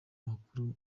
makuru